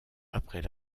après